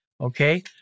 Okay